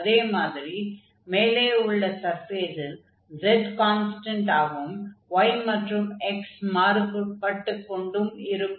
அதே மாதிரி மேலே உள்ள சர்ஃபேஸில் z கான்ஸ்டன்டாகவும் y மற்றும் x மாறுபட்டுக் கொண்டும் இருக்கும்